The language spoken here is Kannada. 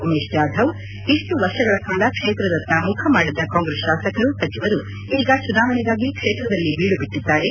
ಉಮೇಶ್ ಜಾಧವ್ ಇಷ್ಟು ವರ್ಷಗಳ ಕಾಲ ಕ್ಷೇತ್ರದತ್ತ ಮುಖ ಮಾಡದ ಕಾಂಗ್ರೆಸ್ ಶಾಸಕರು ಸಚವರು ಈಗ ಚುನಾವಣೆಗಾಗಿ ಕ್ಷೇತ್ರದಲ್ಲಿ ಬೀಡು ಬಿಟ್ಟದ್ದಾರೆ